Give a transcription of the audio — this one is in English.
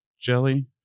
Jelly